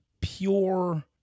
pure